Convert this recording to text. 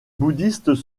bouddhistes